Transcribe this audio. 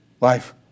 life